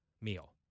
meal